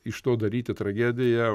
iš to daryti tragediją